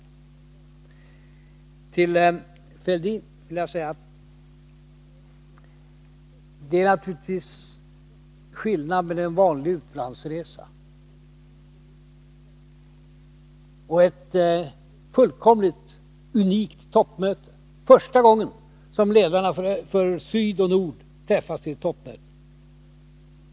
Jag vill säga till herr Fälldin att det naturligtvis är skillnad mellan en vanlig utlandsresa och ett fullkomligt unikt toppmöte, första gången som ledarna för Syd och Nord träffas på ett toppmöte.